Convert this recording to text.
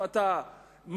אם אתה מגביל,